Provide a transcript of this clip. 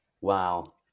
Wow